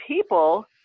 people